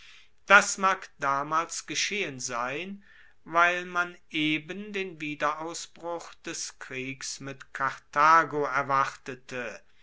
das mag damals geschehen sein weil man eben den wiederausbruch des kriegs mit karthago erwartete